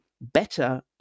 better